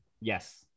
yes